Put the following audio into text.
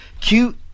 cute